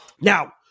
now